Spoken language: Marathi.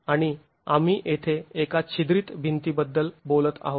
आणि आम्ही येथे एका छिद्रीत भिंतीबद्दल बोलत आहोत